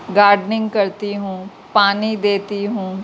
gardening کرتی ہوں پانی دیتی ہوں